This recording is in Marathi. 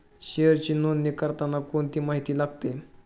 शेअरची नोंदणी करताना कोणती माहिती लागते?